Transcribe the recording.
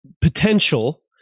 potential